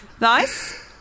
Nice